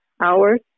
hours